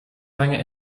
vangen